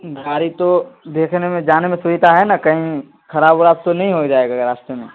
گاڑی تو دیکھنے میں جانے میں سویدھا ہے نا کہیں خراب وراب تو نہیں ہو جائے گا راستے میں